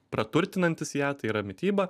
praturtinantis ją tai yra mityba